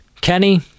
Kenny